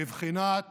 בבחינת